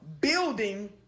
building